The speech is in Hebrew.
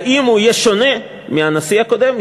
האם הוא יהיה שונה מהנשיא הקודם?